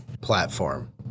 platform